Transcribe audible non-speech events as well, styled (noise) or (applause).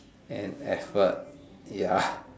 and effort ya (laughs)